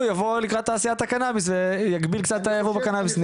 יבוא ויגביל קצת את הייבוא בקנאביס.